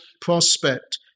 prospect